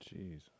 Jeez